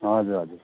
हजुर हजुर